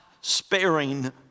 sparing